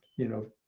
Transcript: you know,